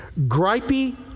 gripey